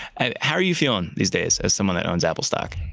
and how are you feeling these days as someone that owns apple stock?